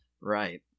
right